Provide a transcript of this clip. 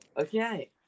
Okay